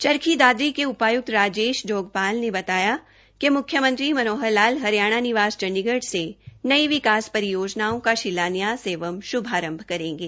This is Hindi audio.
चरखी दादरी के उपायुक्त राजेश जोगपाल ने बताया कि मुख्यमंत्री मनोहर लाल हरियाणा निवास चंडीगढ़ से नई विकास परियोजनाओं का शिलान्यास एवं शुभारंभ करेंगे